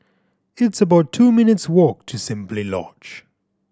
it's about two minutes' walk to Simply Lodge